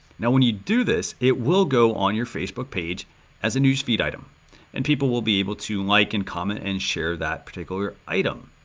now when you do this, it will go on your facebook page as a newsfeed item and people will be able to like and comment and share that particular item.